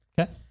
Okay